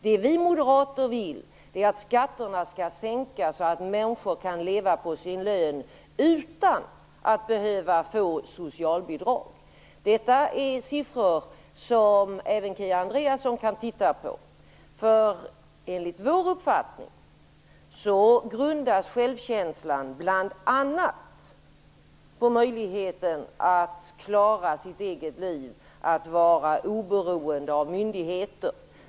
Det vi moderater vill är att skatterna skall sänkas så att människor kan leva på sin lön utan att behöva få socialbidrag. Detta är siffror som även Kia Andreasson kan ta del av. Enligt vår uppfattning grundas självkänslan bl.a. på möjligheten att klara sitt eget liv, att vara oberoende av myndigheter.